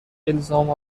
الزام